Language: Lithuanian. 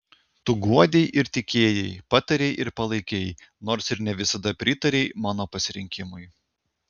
tu guodei ir tikėjai patarei ir palaikei nors ir ne visada pritarei mano pasirinkimui